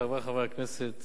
חברי חברי הכנסת,